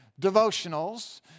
devotionals